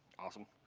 awesome.